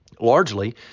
Largely